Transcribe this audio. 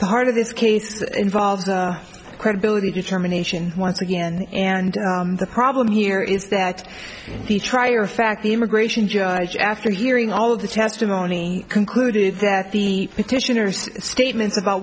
the heart of this case involves the credibility determination once again and the problem here is that he tried your fact the immigration judge after hearing all of the testimony concluded that the petitioner's statements about